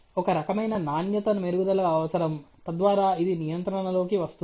ఒక రకమైన నాణ్యత మెరుగుదల అవసరం తద్వారా ఇది నియంత్రణలోకి వస్తుంది